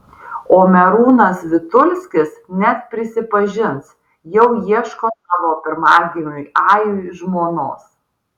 o merūnas vitulskis net prisipažins jau ieško savo pirmagimiui ajui žmonos